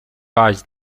valls